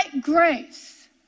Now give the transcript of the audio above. grace